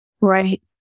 Right